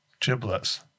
Giblets